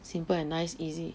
simple and nice easy